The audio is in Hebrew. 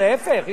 להיפך.